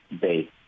base